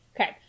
okay